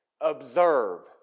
observe